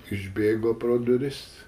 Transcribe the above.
išbėgo pro duris